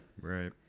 Right